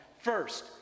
First